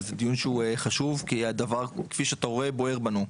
וזה דיון חשוב כי כפי שאתה רואה הדבר בוער בנו.